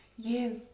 Yes